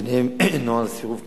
וביניהם נוהל סירוב כניסה,